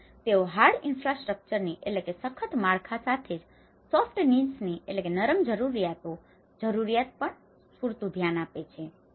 આમ તેઓ હાર્ડ ઇનફ્રાસ્ટ્રક્ચરની hard infrastructures સખત માળખાં સાથે સાથે જ સોફ્ટ નીડ્સની soft needs નરમ જરૂરિયાતો જરૂરિયાત પર પણ પૂરતું ધ્યાન આપે છે